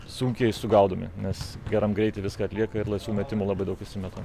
sunkiai sugaudomi nes geram greity viską atlieka ir tų metimų labai daug įsimeta